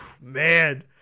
man